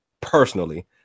personally